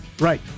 Right